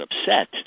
upset